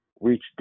reach